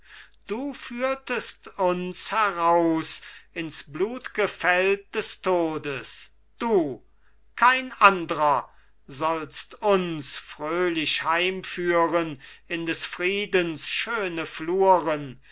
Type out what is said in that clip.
du führtest uns heraus ins blutge feld des todes du kein andrer sollst uns fröhlich heimführen in des friedens schöne fluren